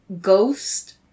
Ghost